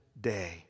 day